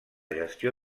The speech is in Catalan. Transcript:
gestió